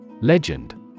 Legend